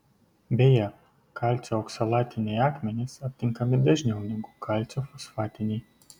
beje kalcio oksalatiniai akmenys aptinkami dažniau negu kalcio fosfatiniai